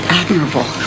admirable